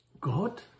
God